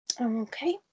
Okay